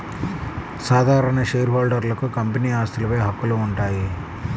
సాధారణ షేర్హోల్డర్లకు కంపెనీ ఆస్తులపై హక్కులు ఉంటాయి